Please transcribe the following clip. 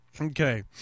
Okay